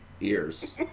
ears